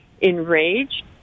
enraged